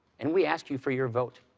and we ask you for your vote.